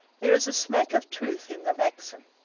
there is a smack of truth in the maxim,